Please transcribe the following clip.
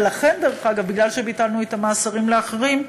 ולכן, דרך אגב, מכיוון שביטלנו את המאסרים לאחרים,